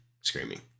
screaming